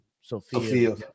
Sophia